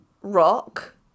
rock